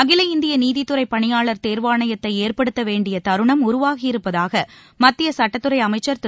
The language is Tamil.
அகில இந்திய நீதித்துறை பணியாளர் தேர்வாணையத்தை ஏற்படுத்த வேண்டிய தருணம் உருவாகியிருப்பதாக மத்திய சட்டத்துறை அமைச்சர் திரு